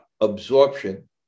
absorption